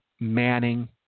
Manning